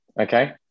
Okay